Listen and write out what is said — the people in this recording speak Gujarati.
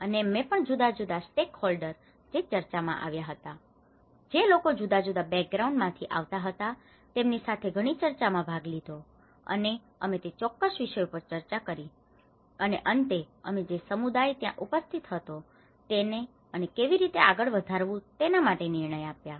અને મેં પણ જુદા જુદા સ્ટેકહોલ્ડર જે ચર્ચામાં આવ્યા હતા જે લોકો જુદા જુદા બેકગ્રાઉન્ડ માંથી આવતા હતા તેમની સાથે ઘણી ચર્ચાઓ માં ભાગ લીધો હતો અને અમે તે ચોક્કસ વિષય ઉપર ચર્ચા કરી હતી અને અંતે અમે જે સમુદાય ત્યાં ઉપસ્થિત હતો તેને અને કેવી રીતે તેને આગળ વધારવું તેના માટે નિર્ણય આપ્યા હતા